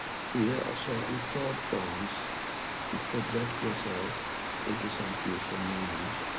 fear are certain thought forms you project yourself into some future moment.